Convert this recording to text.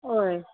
ओय